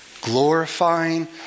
glorifying